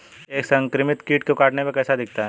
एक संक्रमित कीट के काटने पर कैसा दिखता है?